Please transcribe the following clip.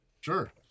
Sure